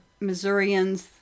Missourians